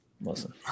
Listen